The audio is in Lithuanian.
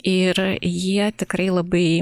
ir jie tikrai labai